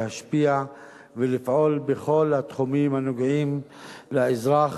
להשפיע ולפעול בכל התחומים הנוגעים לאזרח.